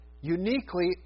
uniquely